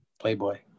Playboy